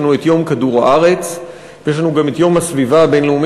יש לנו את יום כדור-הארץ ויש לנו גם את יום הסביבה הבין-לאומי,